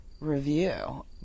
review